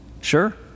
sure